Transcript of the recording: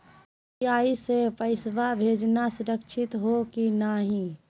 UPI स पैसवा भेजना सुरक्षित हो की नाहीं?